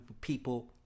people